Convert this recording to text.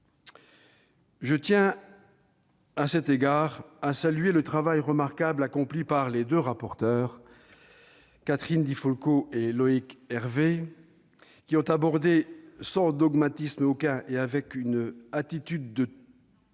Je tiens, à cet égard, à saluer le travail remarquable accompli par les deux rapporteurs, Catherine Di Folco et Loïc Hervé, qui ont abordé sans dogmatisme aucun ... Aucun dogmatisme,